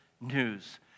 news